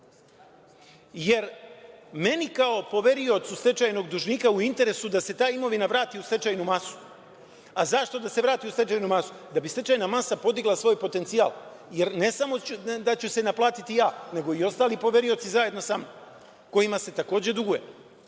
jer meni kao poveriocu stečajnog dužnije je u interesu da se ta imovina vrati u stečajnu masu, a zašto da se vrati u stečajnu masu? Da bi stečajna masa podigla svoj potencijal, jer ne samo da ću se naplatiti ja, nego i ostali poverioci zajedno sa mnom kojima se takođe duguje. Prema